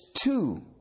two